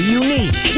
unique